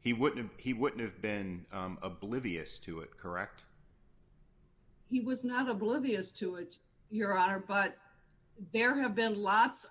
he wouldn't he wouldn't have been oblivious to it correct he was not oblivious to it your honor but there have been lots